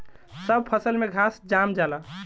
सब फसल में घास जाम जाला